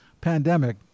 pandemic